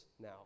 now